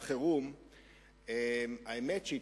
חוק ומשפט להכריז על מצב חירום.